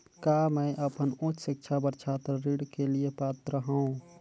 का मैं अपन उच्च शिक्षा बर छात्र ऋण के लिए पात्र हंव?